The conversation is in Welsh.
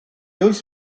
oes